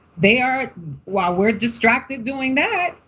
they are well, we're distracted doing that,